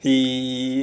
he